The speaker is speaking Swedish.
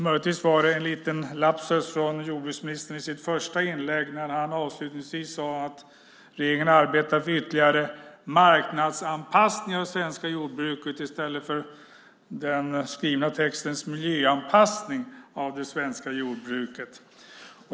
Möjligtvis var det en liten lapsus från jordbruksministern i det första inlägget där han avslutningsvis sade att regeringen arbetar för ytterligare marknadsanpassning av det svenska jordbruket i stället för, som det står i den skrivna texten, miljöanpassning av det svenska jordbruket.